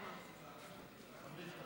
למה?